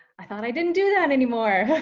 i thought i didn't do that anymore.